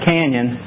Canyon